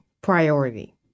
priority